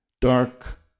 Dark